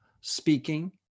speaking